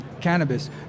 cannabis